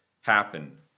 happen